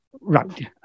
Right